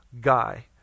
guy